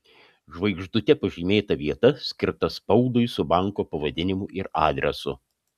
žvaigždute pažymėta vieta skirta spaudui su banko pavadinimu ir adresu